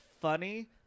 funny